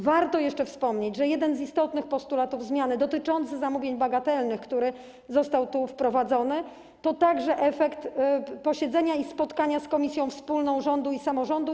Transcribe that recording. Warto jeszcze wspomnieć, że jeden z istotnych postulatów zmiany dotyczący zamówień bagatelnych, który został tu wprowadzony, to także efekt posiedzenia i spotkania z komisją wspólną rządu i samorządu.